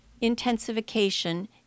intensification